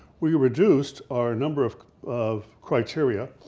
we reduced our number of of criteria,